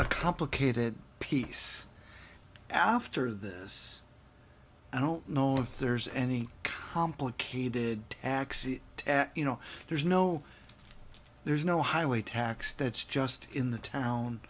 a complicated piece after this i don't know if there's any complicated tax you know no there's there's no highway tax that's just in the town